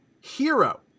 hero